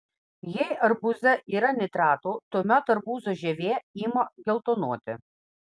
jei arbūze yra nitratų tuomet arbūzo žievė ima geltonuoti